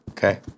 Okay